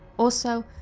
also,